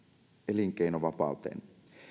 elinkeinovapauteen